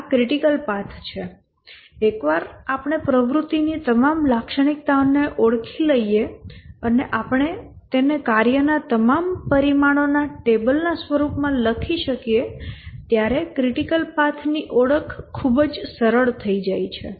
તેથી આ critical path છે એકવાર આપણે પ્રવૃત્તિની તમામ લાક્ષણિકતાઓને ઓળખી લઈએ અને આપણે તેને કાર્યના તમામ પરિમાણોના ટેબલના રૂપમાં લખી શકીએ ત્યારે ક્રિટિકલ પાથ ઓળખ ખૂબ જ સરળ થઈ જાય છે